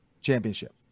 championship